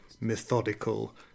methodical